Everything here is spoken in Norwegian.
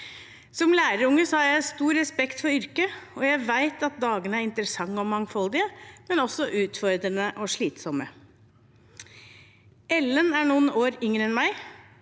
Som lærerunge har jeg stor respekt for yrket, og jeg vet at dagene er interessante og mangfoldige, men også utfordrende og slitsomme. Ellen er noen år yngre enn meg.